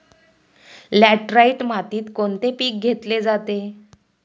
Laterite मातीत कोणते पीक घेतले जाते?